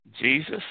Jesus